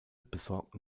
besorgten